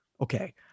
okay